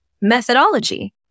Methodology